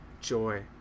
joy